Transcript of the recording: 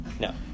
No